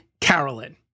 Carolyn